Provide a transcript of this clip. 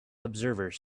observers